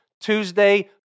Tuesday